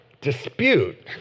dispute